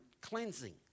cleansing